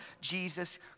Jesus